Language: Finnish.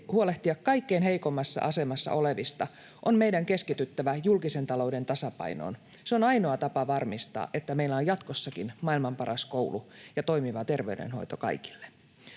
huolehtia kaikkein heikoimmassa asemassa olevista, on meidän keskityttävä julkisen talouden tasapainoon. Se on ainoa tapa varmistaa, että meillä on jatkossakin maailman paras koulu ja toimiva terveydenhoito kaikille.